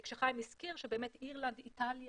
כמו שחיים הזכיר, באמת אירלנד, איטליה,